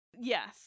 Yes